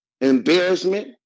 embarrassment